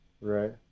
Right